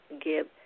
give